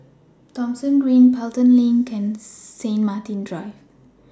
Thomson Green Pelton LINK and St Martin's Drive